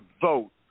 vote